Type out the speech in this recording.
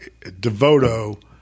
Devoto